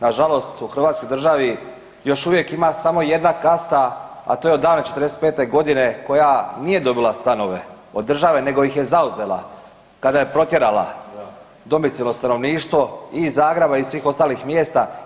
Na žalost u Hrvatskoj državi još uvijek ima samo jedna kasta, a to je od davne '45. godine koja nije dobila stanove od države nego ih je zauzela kada je protjerala domicilno stanovništvo i iz Zagreba i svih ostalih mjesta.